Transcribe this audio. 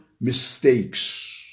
mistakes